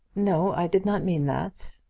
no i did not mean that.